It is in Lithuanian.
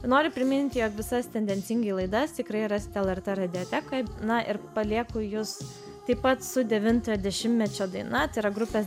noriu priminti jog visas tendencingai laidas tikrai rasite lrt radijotekoj na ir palieku jus taip pat su devintojo dešimtmečio daina tai yra grupės